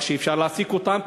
וכך אפשר להעסיק אותם.